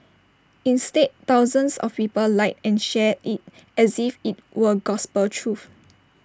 instead thousands of people liked and shared IT as if IT were gospel truth